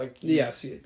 Yes